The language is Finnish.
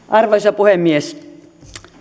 arvoisa puhemies